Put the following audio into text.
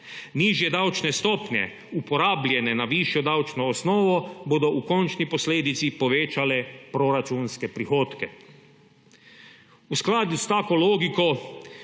Nižje davčne stopnje, uporabljene na višjo davčno osnovo, bodo v končni posledici povečale proračunske prihodke.V skladu s tako logiko